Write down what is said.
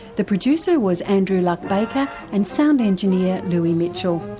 the producer was andrew luck-baker and sound engineer louie mitchell.